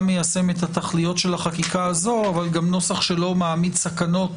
מיישם את התכליות של החקיקה הזאת אבל גם נוסח שלא מעמיד סכנות